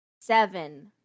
seven